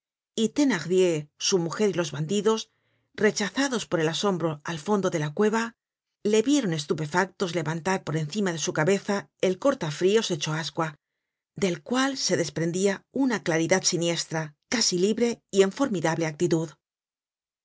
y thenardier su mujer y los bandidos rechazados por el asombro al fondo de la cueva le vieron estupefactos levantar por encima de su cabeza el cortafrios hecho ascua del cual se desprendia una claridad siniestra casi libre y en formidable actitud